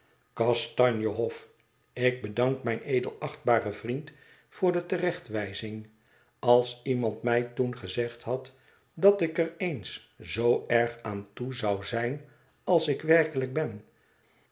kastanje hof ik bedank mijn edelachtbaren vriend voor de terechtwijzing als iemand mij toen gezegd had dat ik er eens zoo erg aan toe zou zijn als ik werkelijk ben